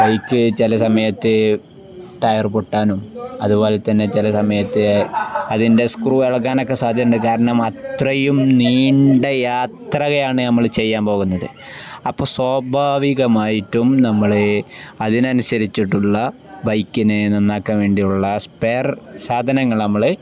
bike ചില സമയത്ത് tyre പൊട്ടാനും അതുപോലെ തന്നെ ചില സമയത്ത് അതിൻ്റെ സ്ക്രൂ ഇളകാനുമൊക്കെ സാധ്യതയുണ്ട് കാരണം അത്രയും നീണ്ട യാത്രയാണു നമ്മള് ചെയ്യാൻ പോകുന്നത് അപ്പോള് സ്വാഭാവികമായിട്ടും നമ്മള് അതിനനുസരിച്ചിട്ടുള്ള ബൈക്കിനെ നന്നാക്കാൻ വേണ്ടിയുള്ള സ്പെയർ സാധനങ്ങൾ നമ്മള്